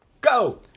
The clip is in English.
Go